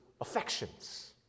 affections